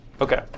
Okay